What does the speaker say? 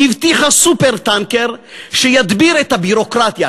הבטיחה סופר-טנקר שידביר את הביורוקרטיה,